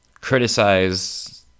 criticize